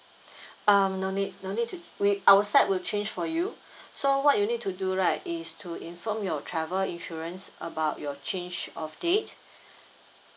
uh no need no need to we our side will change for you so what you need to do right is to inform your travel insurance about your change of date